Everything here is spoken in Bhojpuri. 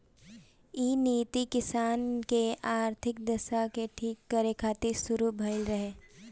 इ नीति किसान के आर्थिक दशा के ठीक करे खातिर शुरू भइल रहे